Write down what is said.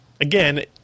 again